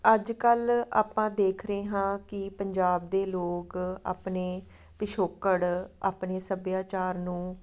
ਅੱਜ ਕੱਲ੍ਹ ਆਪਾਂ ਦੇਖ ਰਹੇ ਹਾਂ ਕਿ ਪੰਜਾਬ ਦੇ ਲੋਕ ਆਪਣੇ ਪਿਛੋਕੜ ਆਪਣੇ ਸੱਭਿਆਚਾਰ ਨੂੰ